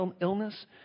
illness